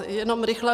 Jenom rychle.